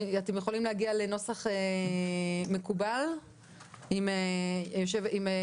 אתם יכולים להגיע לנוסח מקובל עם היועצת